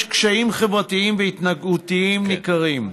קשיים חברתיים וההתנהגותיים ניכרים,